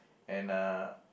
and a